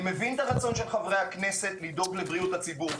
אני מבין את הרצון של חברי הכנסת לדאוג לבריאות הציבור,